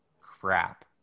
crap